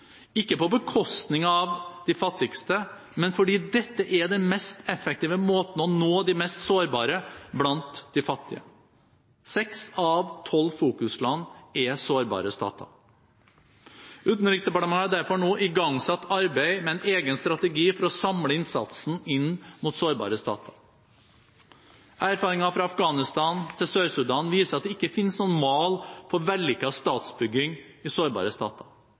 ikke på bekostning av de fattigste, men fordi dette er den mest effektive måten å nå de mest sårbare blant de fattige. Seks av tolv fokusland er sårbare stater. Utenriksdepartementet har derfor nå igangsatt arbeid med en egen strategi for å samle innsatsen inn mot sårbare stater. Erfaringer fra Afghanistan til Sør-Sudan viser at det ikke finnes noen mal for vellykket statsbygging i sårbare stater.